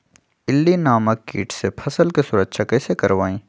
इल्ली नामक किट से फसल के सुरक्षा कैसे करवाईं?